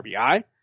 RBI